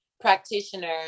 practitioners